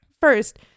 first